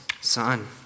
son